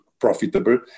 profitable